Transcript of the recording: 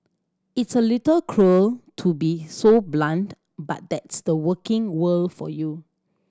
it's a little cruel to be so blunt but that's the working world for you